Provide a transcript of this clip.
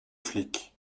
flic